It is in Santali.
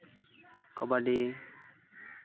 ᱠᱟᱵᱟᱰᱤ